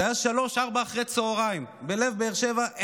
זה היה ב-15:00, 16:00, בלב באר שבע.